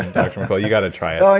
and dr mercola, you got to try it oh, and